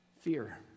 Fear